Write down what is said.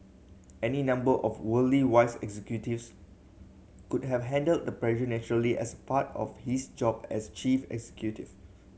any number of worldly wise executives could have handled the press naturally as part of his job as chief executive